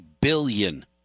billion